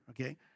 Okay